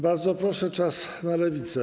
Bardzo proszę, czas na Lewicę.